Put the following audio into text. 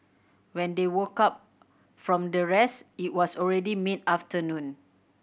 when they woke up from their rest it was already mid afternoon